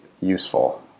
useful